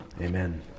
Amen